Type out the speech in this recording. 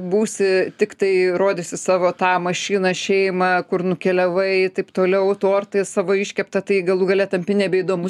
būsi tiktai rodysi savo tą mašiną šeimą kur nukeliavai taip toliau tortą savo iškeptą tai galų gale tampi nebeįdomus